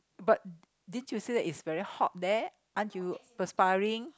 but did you say that it's very hot there ain't you perspiring